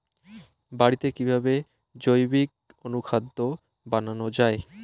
বাড়িতে কিভাবে জৈবিক অনুখাদ্য বানানো যায়?